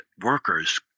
workers